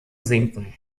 sinken